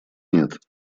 нет